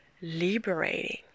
liberating